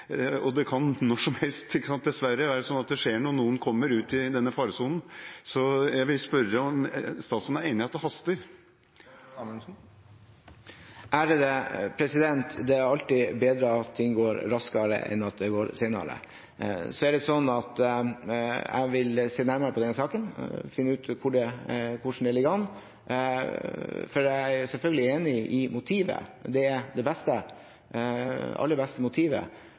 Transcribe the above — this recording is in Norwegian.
Når som helst, dessverre, kan det skje noe, og noen kommer ut i denne faresonen. Jeg vil spørre om statsråden er enig i at det haster. Det er alltid bedre at ting går raskere enn at det går saktere. Jeg vil se nærmere på denne saken og finne ut av hvordan det ligger an. Jeg er selvfølgelig enig i motivet, og det er det aller beste.